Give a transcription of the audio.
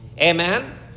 Amen